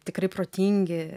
tikrai protingi